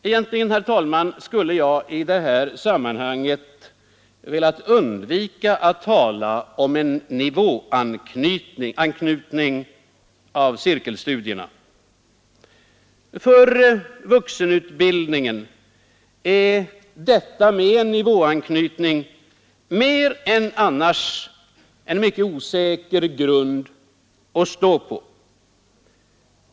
Egentligen, herr talman, skulle jag i det här sammanhanget ha velat undvika att tala om en nivåanknytning av cirkelstudierna. För vuxenutbildningen är en nivåanknytning mer än annars en mycket osäker grund att stå på.